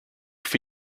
for